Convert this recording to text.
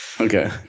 Okay